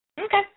Okay